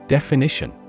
Definition